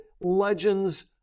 legends